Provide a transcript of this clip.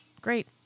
great